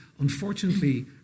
unfortunately